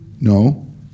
No